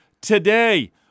Today